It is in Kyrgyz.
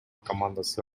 командасы